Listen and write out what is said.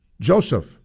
Joseph